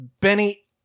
Benny